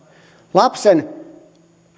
lapsen